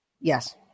Yes